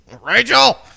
Rachel